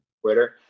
Twitter